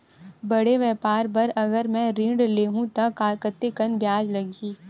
बड़े व्यापार बर अगर मैं ऋण ले हू त कतेकन ब्याज लगही?